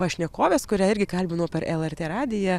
pašnekovės kurią irgi kalbinau per lrt radiją